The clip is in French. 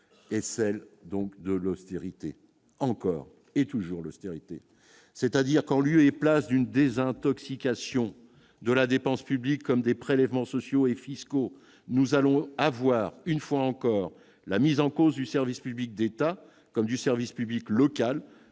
celle donc de l'austérité, encore et toujours l'austérité, c'est-à-dire qu'en lieu et place d'une désintoxication de la dépense publique comme des prélèvements sociaux et fiscaux, nous allons avoir une fois encore la mise en cause du service public d'État comme du service public local,